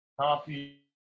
copy